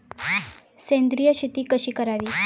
सेंद्रिय शेती कशी करावी?